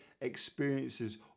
experiences